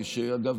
שאגב,